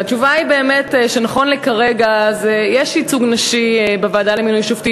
והתשובה היא באמת שנכון לרגע זה יש ייצוג נשי בוועדה למינוי שופטים,